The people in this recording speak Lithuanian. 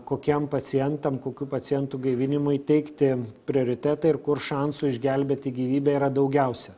kokiem pacientam kokių pacientų gaivinimui teikti prioritetą ir kur šansų išgelbėti gyvybę yra daugiausia